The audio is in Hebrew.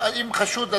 אז אם חשוד,